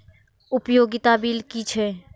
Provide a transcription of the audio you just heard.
उपयोगिता बिल कि छै?